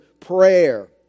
prayer